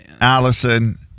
Allison